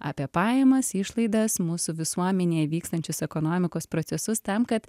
apie pajamas išlaidas mūsų visuomenėj vykstančius ekonomikos procesus tam kad